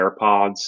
AirPods